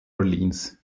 orleans